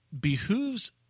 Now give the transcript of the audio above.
behooves